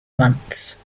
months